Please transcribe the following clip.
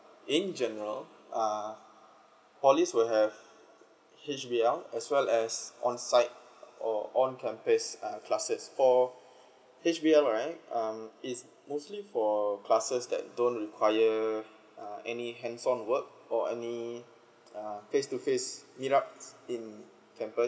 in general uh polies will have H_B_L as well as onsite or on campus uh classes for H_B_L right um is mostly for classes that don't require uh any hands on work or any uh face to face meet up in campus